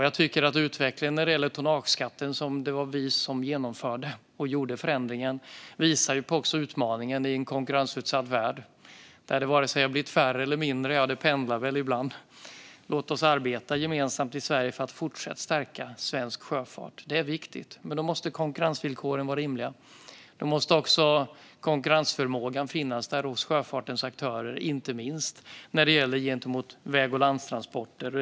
Jag tycker att utvecklingen när det gäller tonnageskatten, som det var vi som genomförde, också visar på utmaningen i en konkurrensutsatt värld där antalet pendlar. Låt oss arbeta gemensamt i Sverige för att fortsatt stärka svensk sjöfart. Det är viktigt. Men då måste konkurrensvillkoren vara rimliga. Då måste också konkurrensförmågan finnas där hos sjöfartens aktörer, inte minst gentemot väg och landtransporter.